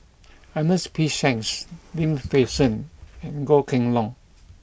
Ernest P Shanks Lim Fei Shen and Goh Kheng Long